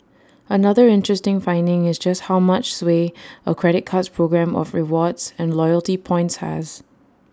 another interesting finding is just how much sway A credit card's programme of rewards and loyalty points has